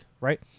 right